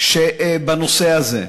בנושא הזה.